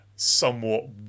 Somewhat